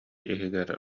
иһигэр